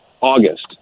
August